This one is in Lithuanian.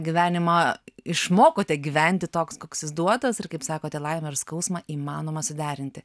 gyvenimą išmokote gyventi toks koks jis duotas ir kaip sakote laimę ir skausmą įmanoma suderinti